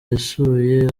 yasuye